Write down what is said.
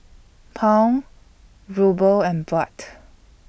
Pound Ruble and Baht